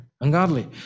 ungodly